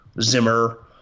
Zimmer